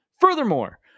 Furthermore